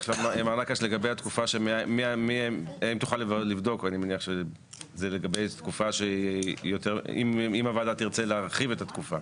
לגבי התקופה האם תוכל לבדוק - אם הוועדה תרצה להרחיב את התקופה?